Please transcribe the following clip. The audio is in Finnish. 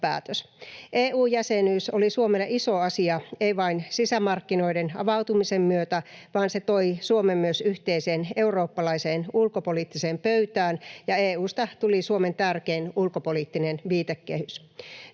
EU-jäsenyys oli Suomelle iso asia, ei vain sisämarkkinoiden avautumisen myötä, vaan se toi Suomen myös yhteiseen eurooppalaiseen ulkopoliittiseen pöytään ja EU:sta tuli Suomen tärkein ulkopoliittinen viitekehys.